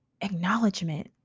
acknowledgement